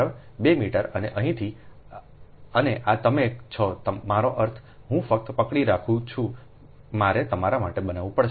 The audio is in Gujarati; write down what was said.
2 મીટર અને અહીંથી અને આ તમે છો મારો અર્થ હું ફક્ત પકડી રાખું છું મારે તમારા માટે બનાવવું પડશે